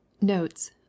Notes